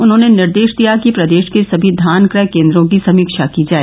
उन्होंने निर्देश दिया कि प्रदेश के सभी धान क्रय केंद्रों की समीक्षा की जाए